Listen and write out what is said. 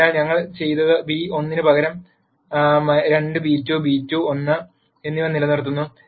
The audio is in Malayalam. അതിനാൽ ഞങ്ങൾ ചെയ്തത് b1 ന് പകരം 2b2 b2 1 എന്നിവ നിലനിർത്തുന്നു